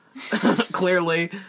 clearly